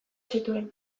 zituen